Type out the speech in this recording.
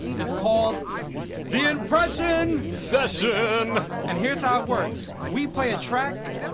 it's called the impression. session and here's how it works. we play a track.